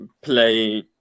play